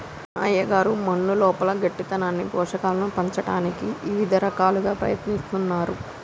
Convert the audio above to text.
మా అయ్యగారు మన్నులోపల గట్టితనాన్ని పోషకాలను పంచటానికి ఇవిద రకాలుగా ప్రయత్నిస్తున్నారు